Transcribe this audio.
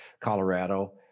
Colorado